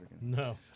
No